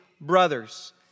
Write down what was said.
brothers